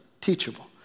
teachable